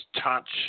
touch